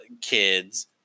kids